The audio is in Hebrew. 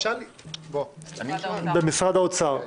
שלמה קרעי,